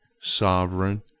sovereign